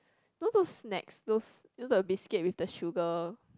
all those snacks those you know biscuit with the sugar